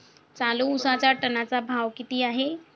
चालू उसाचा टनाचा भाव किती आहे?